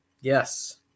Yes